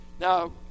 Now